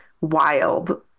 wild